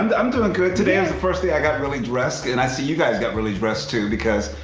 and i'm doing good. today is the first day i got really dressed and i see you guys got really dressed, too, because,